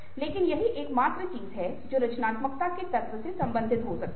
लेकिन यही एकमात्र चीज है जो रचनात्मकता के तत्व से संबंधित हो सकती है